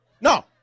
No